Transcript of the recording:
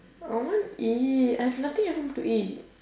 I want eat I have nothing at home to eat